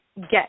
get